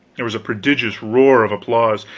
there was a prodigious roar of applause,